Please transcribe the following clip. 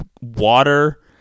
water